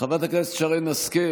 חברת הכנסת שרן השכל,